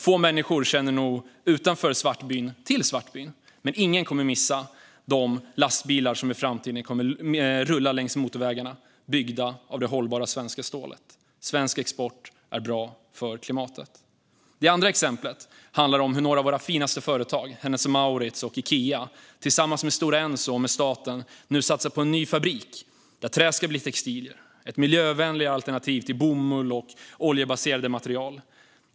Få människor utanför Svartbyn känner nog till byns existens, men ingen kommer att missa de lastbilar som i framtiden kommer att rulla fram längs motorvägarna, byggda av det hållbara svenska stålet. Svensk export är bra för klimatet. Det andra exemplet handlar om hur några av våra finaste företag, Hennes och Mauritz och Ikea tillsammans med Stora Enso och staten nu satsar på en ny fabrik där trä ska bli textilier - ett miljövänligare alternativ till bomull och oljebaserade material.